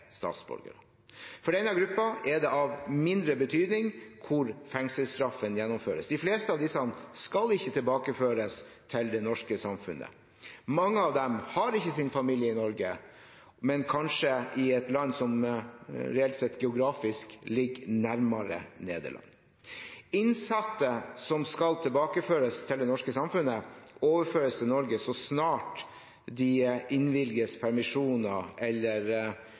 statsborgere. For denne gruppen er det av mindre betydning hvor fengselsstraffen gjennomføres. De fleste av disse skal ikke tilbakeføres til det norske samfunnet. Mange av dem har ikke sin familie i Norge, men kanskje i et land som reelt sett, geografisk, ligger nærmere Nederland. Innsatte som skal tilbakeføres til det norske samfunnet, overføres til Norge så snart de innvilges permisjoner eller